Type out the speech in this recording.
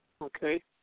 Okay